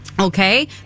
Okay